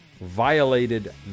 violated